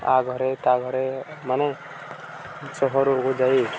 ଆ ଘରେ ତା ଘରେ ମାନେ ସହରକୁ ଯାଇ